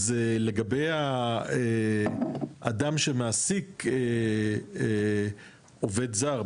אז לגבי האדם שמעסיק עובד זר,